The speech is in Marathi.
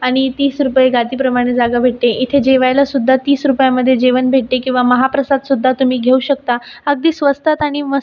आणि तीस रुपये गादीप्रमाणे जागा भेटते इथे जेवायला सुद्धा तीस रुपयामध्ये जेवण भेटते किंवा महाप्रसाद सुद्धा तुम्ही घेऊ शकता अगदी स्वस्तात आणि मस्त